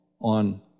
on